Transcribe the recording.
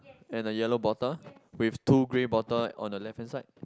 and a yellow bottle with two grey bottle on the left hand side